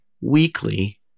weekly